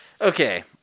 Okay